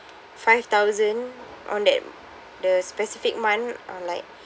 five thousand on that the specific month uh like